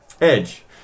Edge